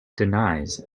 denies